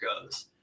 goes